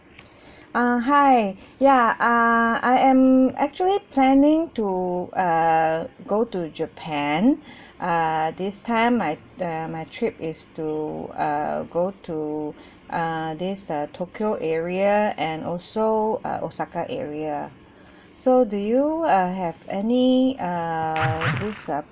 uh hi ya uh I am actually planning to err go to japan err this time my err my trip is to uh go to uh this uh tokyo area and also uh osaka area so do you uh have any uh this err